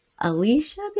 Alicia